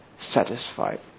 satisfied